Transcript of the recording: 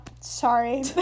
Sorry